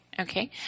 okay